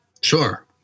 sure